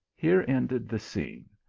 here ended the scene.